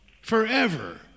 forever